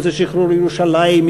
אם שחרור ירושלים,